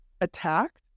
attacked